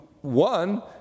one